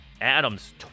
Adams